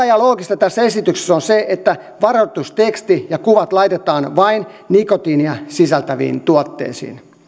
ja loogista tässä esityksessä on se että varoitusteksti ja kuvat laitetaan vain nikotiinia sisältäviin tuotteisiin